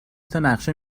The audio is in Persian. تانقشه